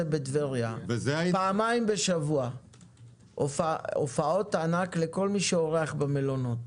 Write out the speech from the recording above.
בטבריה פעמיים בשבוע הופעות ענק לכל מי שמתארח במלונות,